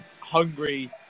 hungry